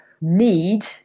need